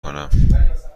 کنم